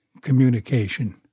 communication